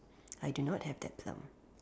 I do not have that plum